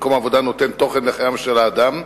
מקום העבודה נותן תוכן לחייו של האדם,